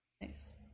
Nice